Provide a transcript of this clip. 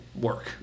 work